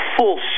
full